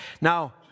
Now